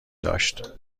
داشت